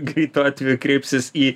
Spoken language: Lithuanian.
greitu atveju kreipsis į